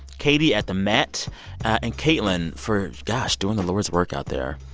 katie at the met and caitlin for, gosh, doing the lord's work out there.